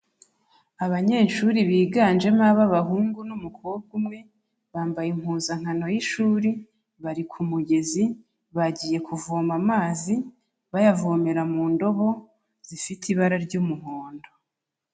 Abanyeshuri biganjemo ab'abahungu n'umukobwa umwe, bambaye impuzankano y'ishuri, bari ku mugezi, bagiye kuvoma amazi, bayavomera mu ndobo, zifite ibara ry'umuhondo.